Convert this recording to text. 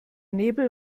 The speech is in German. nebel